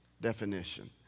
definition